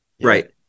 Right